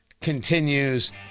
continues